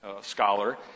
scholar